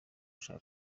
ushaka